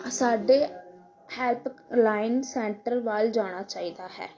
ਸਾਡੇ helpline centre ਵੱਲ ਜਾਣਾ ਚਾਹੀਦਾ ਹੈ